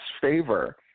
favor